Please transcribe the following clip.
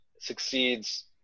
succeeds